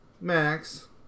Max